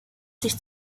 sich